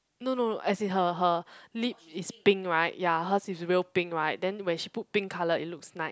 no no as in her her lip is pink right ya hers is real pink right then when she put pink colour it looks nice